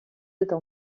êtes